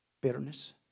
Bitterness